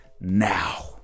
now